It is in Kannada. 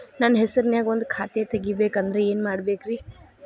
ನನ್ನ ಹೆಸರನ್ಯಾಗ ಒಂದು ಖಾತೆ ತೆಗಿಬೇಕ ಅಂದ್ರ ಏನ್ ಮಾಡಬೇಕ್ರಿ?